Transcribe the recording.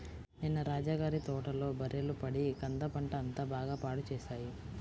నిన్న రాజా గారి తోటలో బర్రెలు పడి కంద పంట అంతా బాగా పాడు చేశాయి